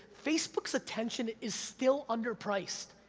facebook's attention is still underpriced,